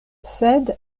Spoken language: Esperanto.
sed